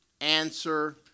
answer